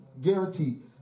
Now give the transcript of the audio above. guaranteed